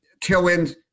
Tailwind